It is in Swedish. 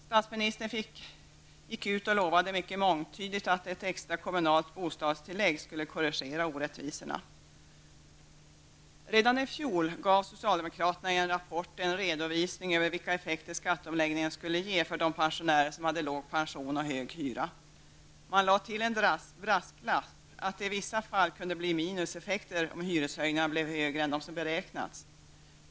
Statsministern gick ut och lovade mycket mångtydigt att ett extra kommunalt bostadstillägg skulle korrigera orättvisorna. Redan i fjol gav socialdemokraterna i en rapport en redovisning av vilka effekter skatteomläggningen skulle ge för de pensionärer som hade låg pension och hög hyra. Man lade till en brasklapp att det i vissa fall kunde bli minuseffekter om hyreshöjningarna blev högre än de som beräknats.